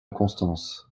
constance